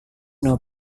now